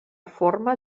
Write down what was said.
forma